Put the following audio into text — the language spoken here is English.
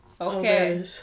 Okay